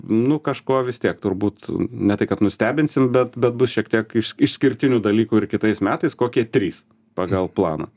nu kažkuo vis tiek turbūt ne tai kad nustebinsim bet bet bus šiek tiek iš išskirtinių dalykų ir kitais metais kokie trys pagal planą